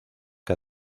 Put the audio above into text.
que